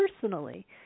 personally